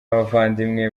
abavandimwe